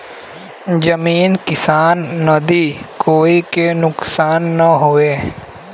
जमीन किसान नदी कोई के नुकसान न होये